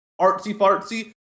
artsy-fartsy